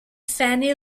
fannie